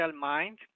mind